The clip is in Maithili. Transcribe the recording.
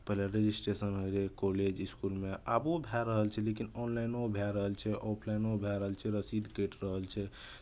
पहिले रजिस्ट्रेशन होइत रहै कॉलेज इसकुलमे आबो भए रहल छै लेकिन ऑनलाइनो भए रहल छै ऑफलाइनो भए रहल छै रसीद कटि रहल छै